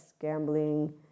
gambling